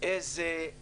ועל